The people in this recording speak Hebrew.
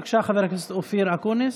בבקשה, חבר הכנסת אופיר אקוניס.